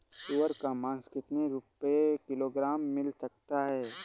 सुअर का मांस कितनी रुपय किलोग्राम मिल सकता है?